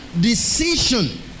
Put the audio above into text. decision